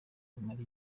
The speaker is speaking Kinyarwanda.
rumara